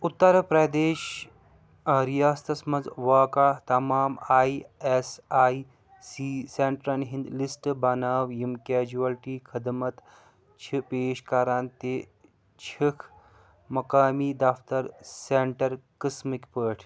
اُتر پرٛدیش رِیاستس مَنٛز واقعہٕ تمام آی ایس آی سی سینٹرَن ہِنٛدۍ لِسٹ بناو یِم کیجوَلٹی خدمت چھِ پیش کران تہِ چھِکھ مُقامی دفتر سینٹر قٕسٕمٕکۍ پٲٹھۍ